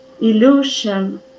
illusion